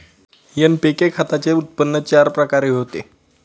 NPK खताचे उत्पन्न चार प्रकारे होते